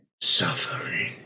suffering